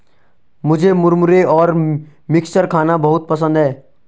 मुझे मुरमुरे और मिक्सचर खाना बहुत पसंद है